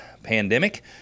pandemic